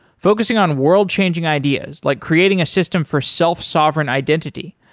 focusing on world-changing ideas, like creating a system for self-sovereign identity,